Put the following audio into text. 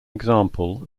example